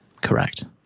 correct